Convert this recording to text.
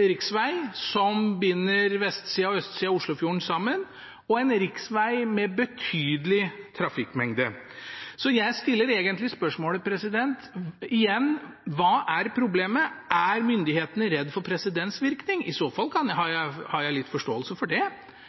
riksveg som binder vestsida og østsida av Oslofjorden sammen, og en riksveg med betydelig trafikkmengde. Jeg stiller egentlig spørsmålet igjen: Hva er problemet? Er myndighetene redd for presedensvirkning? I så fall har jeg litt forståelse for det.